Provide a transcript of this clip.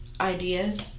ideas